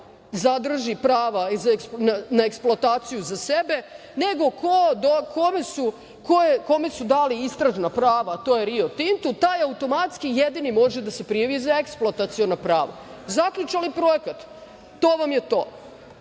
zadrži prava na eksploataciju za sebe, nego kome su dali istražna prava, a to je Rio Tinto, taj automatski jedini može da se prijavi za eksploataciona prava. Zaključali projekat. To vam je